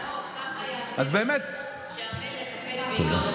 "ככה יעשה לאיש אשר המלך חפץ ביקרו".